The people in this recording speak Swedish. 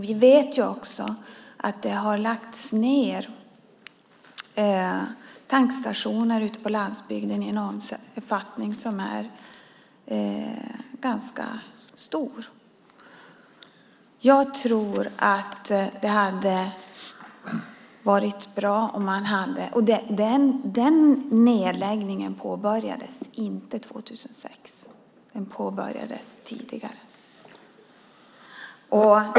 Vi vet ju att tankställen i ganska stor omfattning lagts ned på landsbygden. Den nedläggningen påbörjades inte 2006, utan den påbörjades dessförinnan.